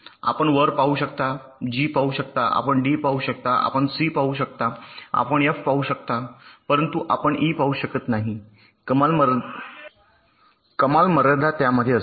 आपण वर पाहू शकता जी पाहू शकता आपण डी पाहू शकता आपण सी पाहू शकता आपण एफ पाहू शकता परंतु आपण ई पाहू शकत नाही कमाल मर्यादा त्यामध्ये असेल